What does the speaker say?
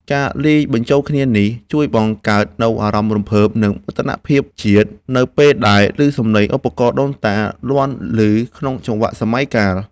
ការលាយបញ្ចូលគ្នានេះជួយបង្កើតនូវអារម្មណ៍រំភើប និងមោទនភាពជាតិ នៅពេលដែលឮសំឡេងឧបករណ៍ដូនតា លាន់ឮក្នុងចង្វាក់សម័យកាល។